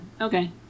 okay